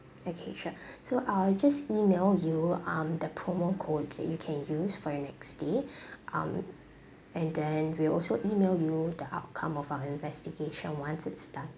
okay sure so I'll just E-mail you um the promo code that you can use for your next stay um and then we'll also E-mail you the outcome of our investigation once it's done